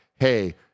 hey